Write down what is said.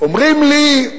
אומרים לי: